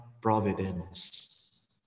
providence